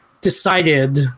decided